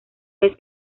vez